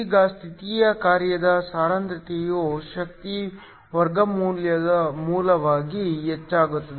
ಈಗ ಸ್ಥಿತಿಯ ಕಾರ್ಯದ ಸಾಂದ್ರತೆಯು ಶಕ್ತಿಯ ವರ್ಗಮೂಲವಾಗಿ ಹೆಚ್ಚಾಗುತ್ತದೆ